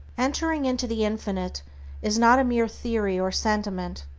entering into the infinite is not a mere theory or sentiment.